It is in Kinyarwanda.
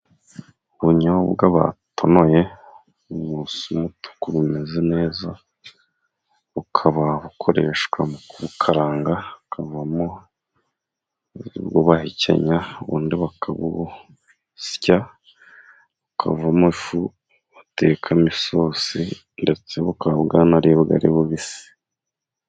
Ubunyobwa batonoye busa umutuku bumeze neza, bukaba bukoreshwa mu kubukaranga hakavamo ubwo bahekenya, ubundi bakabusya bukavumo ifu batekamo isosi, ndetse bukaba bwanaribwa ari bubisi.